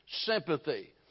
sympathy